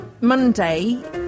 Monday